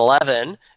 Eleven